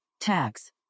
tax